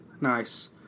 Nice